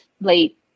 late